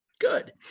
good